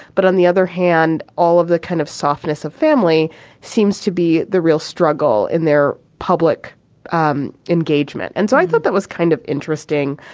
but on the other hand, all of the kind of softness of family seems to be the real struggle in their public um engagement. and so i thought that was kind of interesting.